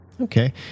Okay